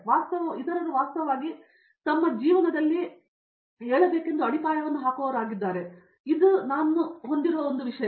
ಆದ್ದರಿಂದ ಇತರರು ವಾಸ್ತವವಾಗಿ ತಮ್ಮ ಜೀವನದಲ್ಲಿ ಏಳಬೇಕೆಂದು ಅಡಿಪಾಯವನ್ನು ಹಾಕುವವರಾಗಿದ್ದೇವೆ ಆದ್ದರಿಂದ ನಾನು ಹೊಂದಿರುವ ಒಂದು ವಿಷಯ